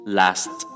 last